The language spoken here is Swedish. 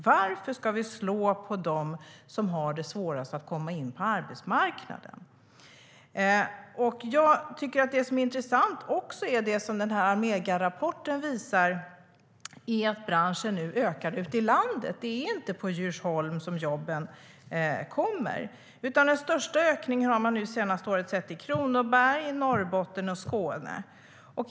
Varför ska vi slå på dem som har det svårast att komma in på arbetsmarknaden? Det är också intressant att Almegarapporten visar att den här branschen nu ökar ute i landet. Det är inte i Djursholm som jobben kommer, utan den största ökningen har man det senaste året sett i Kronoberg, Norrbotten och Skåne.